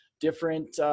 different